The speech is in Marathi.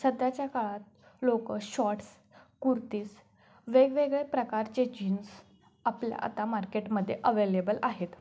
सध्याच्या काळात लोकं शॉर्ट्स कुर्तीज वेगवेगळे प्रकारचे जीन्स आपल्या आता मार्केटमध्ये अवेलेबल आहेत